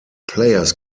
players